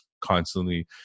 constantly